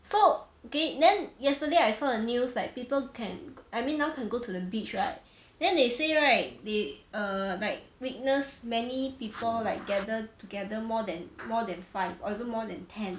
so okay then yesterday I saw the news like people can I mean now can go to the beach right then they say right they err like witnessed many people like gather together more than more than five or even more than ten